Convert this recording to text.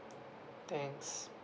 thanks